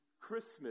Christmas